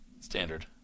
Standard